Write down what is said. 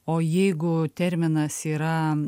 o jeigu terminas yra